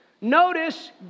Notice